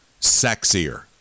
sexier